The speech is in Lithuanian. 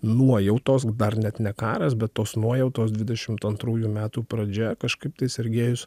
nuojautos dar net ne karas bet tos nuojautos dvidešimt antrųjų metų pradžia kažkaip tai sergejus